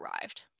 arrived